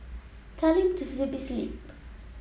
tell him to zip his lip